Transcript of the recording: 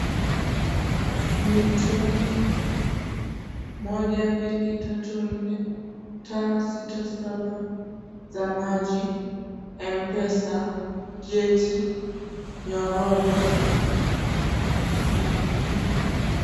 Mitungi moja, mbili, tatu, nne, tano, sita, saba, za maji, Mpesa, geti, nyororo, kuna piki piki.